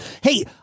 Hey